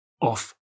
off